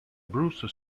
bruce